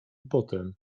potem